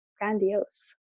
grandiose